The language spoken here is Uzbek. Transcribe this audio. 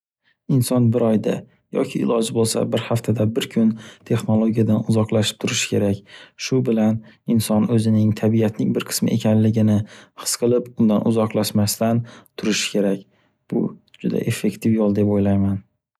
Inson bir oyda yoki iloji bo'lsa bir haftada bir kun texnologiyadan uzoqlashib turishi kerak. Shu bilan inson o'zining tabiatning bir qismi ekanligini his qilib, undan uzoqlashmasdan turishi kerak. Bu juda effektiv yo'l deb o'ylayman.